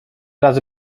razy